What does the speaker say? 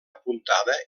apuntada